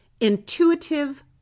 intuitive